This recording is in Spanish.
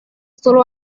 solo